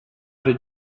did